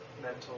mental